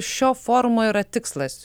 šio forumo yra tikslas